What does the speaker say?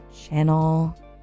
Channel